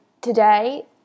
today